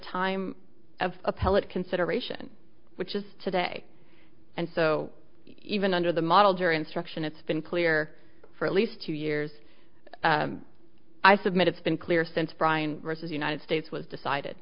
time of appellate consideration which is today and so even under the model jury instruction it's been clear for at least two years i submit it's been clear since brian versus united states was decided